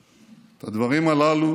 את הדברים הללו